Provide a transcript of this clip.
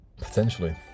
potentially